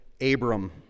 Abram